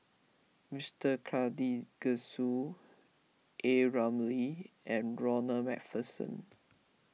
Mister Karthigesu A Ramli and Ronald MacPherson